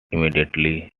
immediately